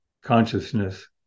consciousness